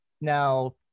Now